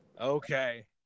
Okay